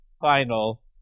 final